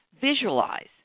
Visualize